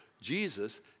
Jesus